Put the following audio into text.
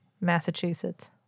Massachusetts